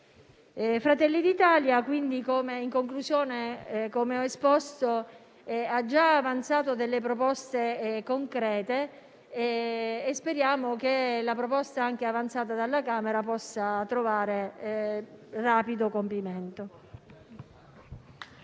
Fratelli d'Italia - come ho esposto - ha già avanzato delle proposte concrete e speriamo che la proposta avanzata anche dalla Camera possa trovare rapido compimento.